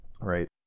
Right